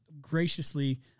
graciously